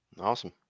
awesome